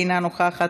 אינה נוכחת,